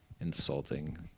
insulting